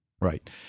Right